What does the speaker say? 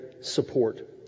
support